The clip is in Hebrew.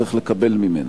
צריך לקבל ממנה,